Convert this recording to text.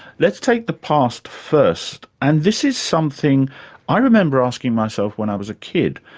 let's take the past first, and this is something i remember asking myself when i was a kid,